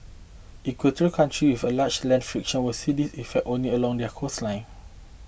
equatorial country with a large land fraction will see these effects only along their coastlines